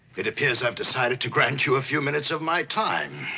it appears i've decided to grant you a few minutes of my time.